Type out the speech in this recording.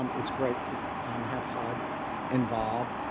um it's great to have hud involved,